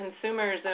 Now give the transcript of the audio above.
consumers